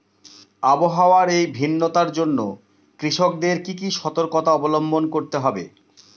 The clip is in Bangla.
আবহাওয়ার এই ভিন্নতার জন্য কৃষকদের কি কি সর্তকতা অবলম্বন করতে হবে?